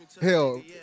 hell